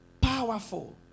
powerful